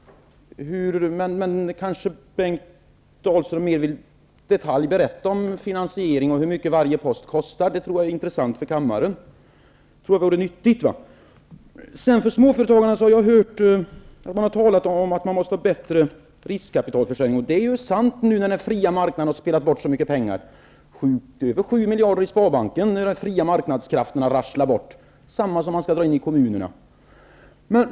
Kanske Bengt Dalström vill berätta mer om finansieringen och hur mycket varje post kostar -- det tror jag vore intressant för kammaren och nyttigt. Jag har hört att man har talat om att man måste åstadkomma bättre riskkapitalförsörjning för småföretagarna. Det är sant, nu när den fria marknaden har spelat bort så mycket pengar -- över 7 miljarder i Sparbanken har de fria marknadskrafterna rasslat bort. Det är samma belopp som man skall dra in i kommunerna.